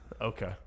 Okay